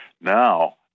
Now